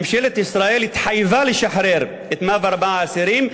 ממשלת ישראל התחייבה לשחרר את 104 האסירים,